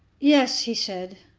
yes, he said,